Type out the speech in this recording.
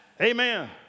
Amen